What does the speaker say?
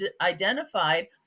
identified